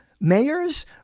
mayors